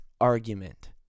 argument